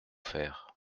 faire